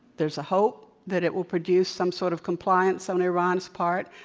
there's a hope that it will produce some sort of compliance on iran's part.